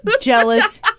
jealous